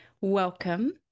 Welcome